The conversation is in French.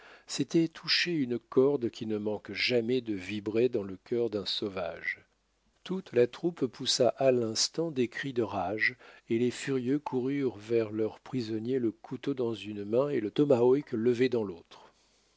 c'était toucher une corde qui ne manque jamais de vibrer dans le cœur d'un sauvage toute la troupe poussa à l'instant des cris de rage et les furieux coururent vers leurs prisonniers le couteau dans une main et le tomahawk levé dans l'autre